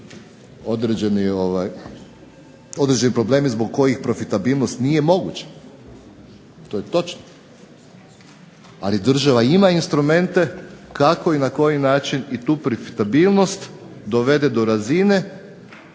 određeni problemi zbog kojih profitabilnost nije moguća. To je točno, ali država ima instrumente kako i na koji način i tu profitabilnost dovede do razine